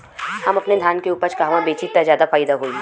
हम अपने धान के उपज कहवा बेंचि त ज्यादा फैदा होई?